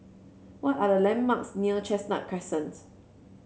what are the landmarks near Chestnut Crescent